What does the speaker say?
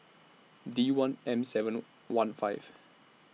D one M seven one five